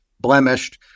blemished